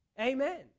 Amen